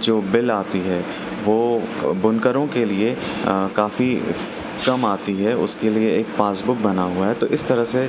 جو بل آتی ہے وہ بنکروں کے لیے کافی کم آتی ہے اس کے لیے ایک پاس بک بنا ہوا ہے تو اس طرح سے